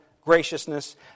graciousness